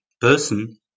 person